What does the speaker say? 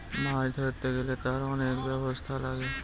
মাছ ধরতে গেলে তার অনেক ব্যবস্থা লাগে